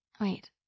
Wait